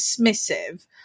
dismissive